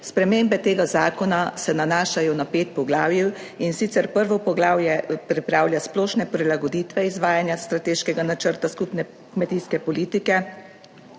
Spremembe tega zakona se nanašajo na pet poglavij, in sicer prvo poglavje pripravlja splošne prilagoditve izvajanja strateškega načrta skupne kmetijske politike.